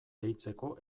deitzeko